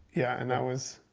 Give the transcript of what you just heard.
yeah, and that was